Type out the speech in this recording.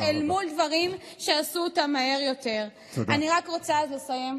רגע, אני מסיימת.